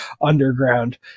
underground